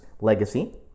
legacy